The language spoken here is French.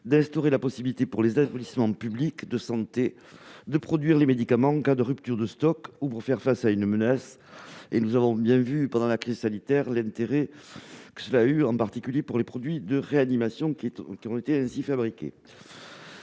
d'autoriser les établissements publics de santé à produire des médicaments en cas de rupture de stock ou pour faire face à une menace. Nous avons bien vu pendant la crise sanitaire l'intérêt d'une telle possibilité, en particulier pour les produits de réanimation qui ont été ainsi fabriqués.